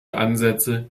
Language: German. ansätze